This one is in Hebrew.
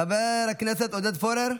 חבר הכנסת עודד פורר,